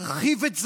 להרחיב את זה,